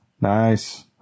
Nice